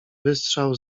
wystrzał